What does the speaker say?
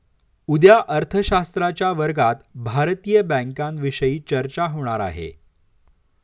उद्या अर्थशास्त्राच्या वर्गात भारतीय बँकांविषयी चर्चा होणार आहे